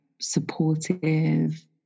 supportive